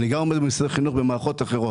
אני גם במשרד החינוך במערכות אחרות.